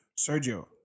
Sergio